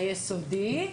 התכנית ליסודי,